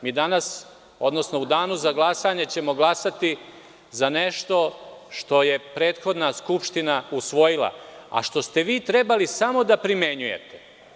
Mi ćemo u Danu za glasanje glasati za nešto što je prethodna Skupština usvojila, a što ste vi trebali samo da primenjujete.